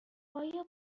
آیا